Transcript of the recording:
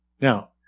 Now